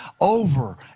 over